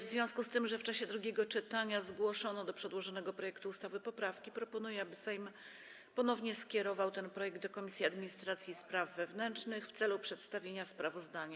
W związku z tym, że w czasie drugiego czytania zgłoszono do przedłożonego projektu ustawy poprawki, proponuję, aby Sejm ponownie skierował ten projekt do Komisji Administracji i Spraw Wewnętrznych w celu przedstawienia sprawozdania.